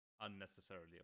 unnecessarily